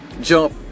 jump